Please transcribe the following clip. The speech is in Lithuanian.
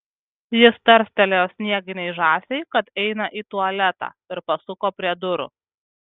jis tarstelėjo snieginei žąsiai kad eina į tualetą ir pasuko prie durų